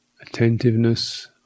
attentiveness